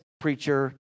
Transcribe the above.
preacher